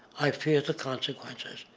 i fear the consequences.